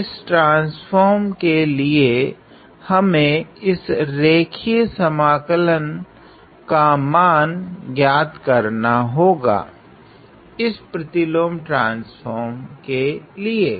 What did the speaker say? तो इस ट्रान्स्फ़ोर्म के लिए हमे इस रेखीय समाकलन का मान ज्ञात करना होगा इस प्रतिलोम ट्रान्स्फ़ोर्म के लिए